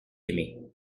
aimées